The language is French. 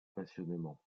passionnément